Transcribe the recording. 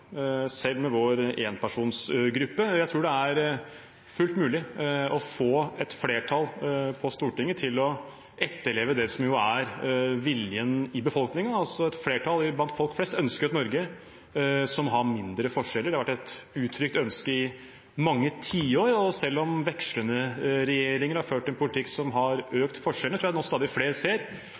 selv med vår enpersonsgruppe. Jeg tror det er fullt mulig å få et flertall på Stortinget til å etterleve det som jo er viljen i befolkningen. Et flertall blant folk flest ønsker et Norge som har mindre forskjeller. Det har vært et uttrykt ønske i mange tiår. Selv om vekslende regjeringer har ført en politikk som har økt forskjellene, tror jeg nå stadig flere ser